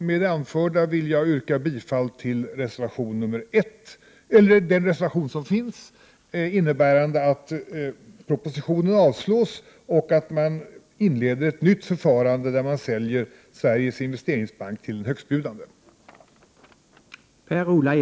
Med det anförda yrkar jag bifall till reservation 1, innebärande att propositionen avslås och att man inleder ett nytt förfarande, där man säljer Sveriges Investeringsbank till den högstbjudande.